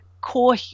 core